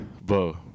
Bro